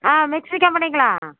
ஆ mixie கம்பெனிங்களா